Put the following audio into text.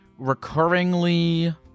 recurringly